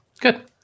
good